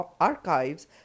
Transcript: archives